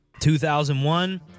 2001